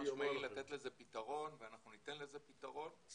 משמעית לתת לזה פתרון ואנחנו ניתן לזה פתרון,